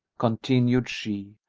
continued she,